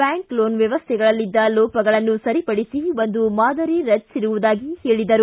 bank loan ವ್ಯವಸ್ಥೆಗಳಲ್ಲಿದ್ದ ಲೋಪಗಳನ್ನು ಸರಿಪಡಿಸಿ ಒಂದು ಮಾದರಿ ರಚಿಸಿರುವುದಾಗಿ ಹೇಳಿದರು